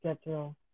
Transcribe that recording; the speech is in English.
schedule